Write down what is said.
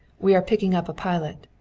we are picking up a pilot.